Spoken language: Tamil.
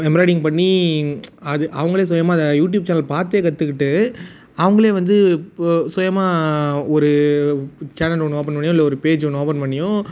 எம்ப்ராய்டிரிங் பண்ணி அது அவங்களே சுயமாக அதை யூடியூப் சேனல் பார்த்தே கற்றுக்கிட்டு அவங்களே வந்து இப்போ சுயமாக ஒரு சேனல் ஒன்று ஓபன் பண்ணியோ இல்லை பேஜ் ஒன்று ஓபன் பண்ணியோ